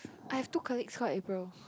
I have two colleagues call April